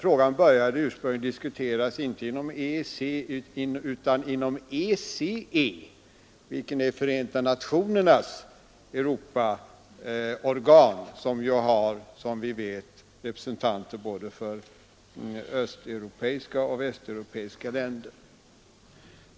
Man började ursprungligen diskutera den här frågan inte inom EEC utan inom ECE, som är Förenta nationernas Europaorgan och som ju har representanter för både östeuropeiska och västeuropeiska länder.